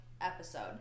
episode